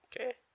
Okay